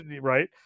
right